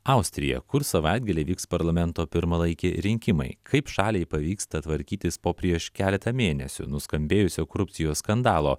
austriją kur savaitgalį vyks parlamento pirmalaikiai rinkimai kaip šaliai pavyksta tvarkytis po prieš keletą mėnesių nuskambėjusio korupcijos skandalo